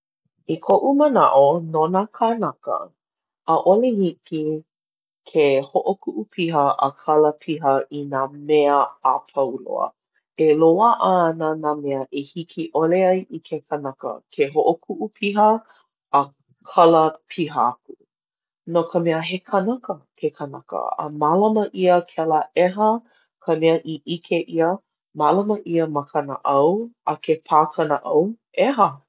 I koʻu manaʻo no nā kānaka, ʻaʻole hiki ke hoʻokuʻu piha a kala piha i nā mea a pau loa. E loaʻa ana nā mea e hiki ʻole ai i ke kanaka ke hoʻokuʻu piha a kala piha aku. No ka mea he kanaka ke kanaka, a mālama ʻia kēlā ʻeha ka mea i ʻike ʻia mālama ʻia ma ka naʻau a ke pā ka naʻau, ʻeha.